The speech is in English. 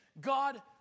God